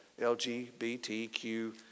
LGBTQ